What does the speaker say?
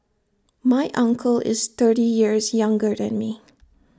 my uncle is thirty years younger than me